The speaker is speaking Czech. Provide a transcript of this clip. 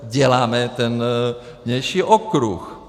Děláme ten vnější okruh.